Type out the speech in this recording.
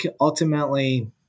ultimately